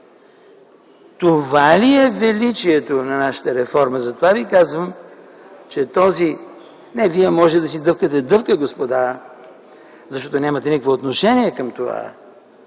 Това ли е величието на нашата реформа?! Затова Ви казвам, че този ... Е, Вие можете да си дъвчете дъвка, господа, защото нямате никакво отношение към това,